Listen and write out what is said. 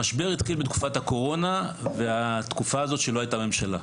המשבר התחיל בתקופת הקורונה ובתקופה שלא הייתה ממשלה,